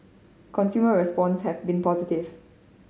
consumer response have been positive